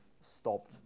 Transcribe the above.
stopped